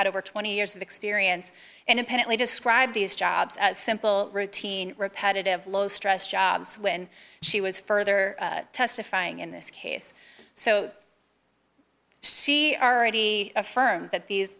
had over twenty years of experience and apparently described these jobs as simple routine repetitive low stress jobs when she was further testifying in this case so see aready a firm that these